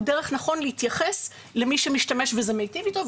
הדרך הנכונה להתייחס למי שמשתמש וזה מיטיב איתו,